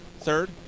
third